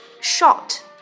short